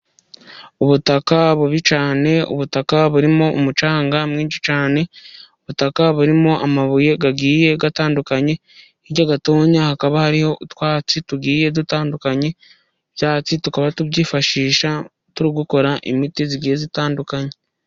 Ubutaka bubi cyane, ubutaka burimo umucanga mwinshi cyane, ubutaka burimo amabuye agiye atandukanye. Hirya gatoya hakaba hariho utwatsi tugiye dutandukanye. Ibyatsi tukaba tubyifashisha dukora imiti igiye itandukanye.